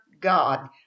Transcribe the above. God